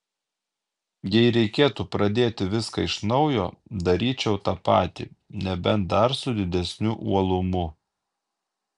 jei reikėtų pradėti viską iš naujo daryčiau tą patį nebent dar su didesniu uolumu